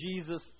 Jesus